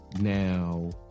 Now